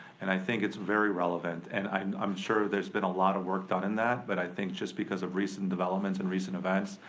and i think it's very relevant, and i'm i'm sure there's been a lot of work done in that, but i think just because of recent developments and recent events,